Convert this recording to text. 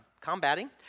combating